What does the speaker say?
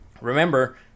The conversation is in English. remember